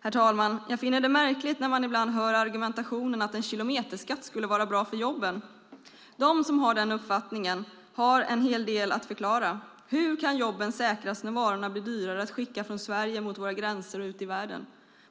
Herr talman! Jag finner det märkligt att man ibland hör argumentation att en kilometerskatt skulle vara bra för jobben. De som har den uppfattningen har en del att förklara. Hur kan jobben säkras när varorna blir dyrare att skicka från Sverige mot våra gränser och ut i världen?